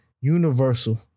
Universal